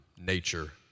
Nature